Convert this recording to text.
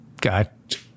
got